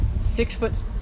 six-foot